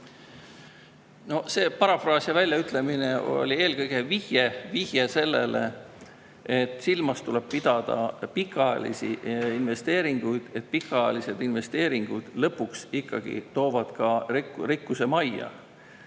No see parafraas või väljaütlemine oli eelkõige vihje sellele, et silmas tuleb pidada pikaajalisi investeeringuid, et pikaajalised investeeringud lõpuks ikkagi toovad ka rikkuse majja.